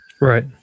Right